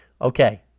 Okay